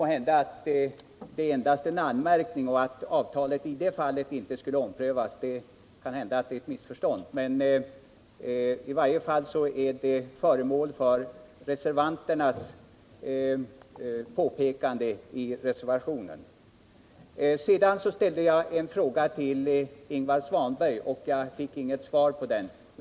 Måhända att det endast är en anmärkning och att avtalet därvidlag inte skulle omprövas. Det kanske är ett missförstånd, men i varje fall är den frågan föremål för reservanternas påpekande i reservationen. Jag ställde en fråga till Ingvar Svanberg, men jag fick icke något svar på den.